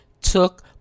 took